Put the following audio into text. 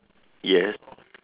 yes